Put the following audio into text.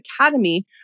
Academy